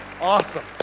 Awesome